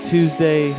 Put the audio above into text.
Tuesday